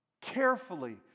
Carefully